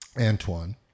Antoine